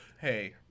hey